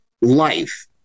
life